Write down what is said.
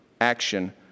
action